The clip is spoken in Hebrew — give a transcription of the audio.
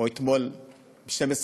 או אתמול ב-24:00,